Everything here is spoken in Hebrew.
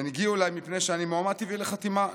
הן הגיעו אליי מפני שאני מועמד טבעי לחתימה,